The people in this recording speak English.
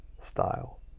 style